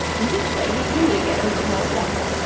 in this way, you really get over more water,